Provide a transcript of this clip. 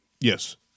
Yes